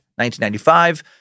1995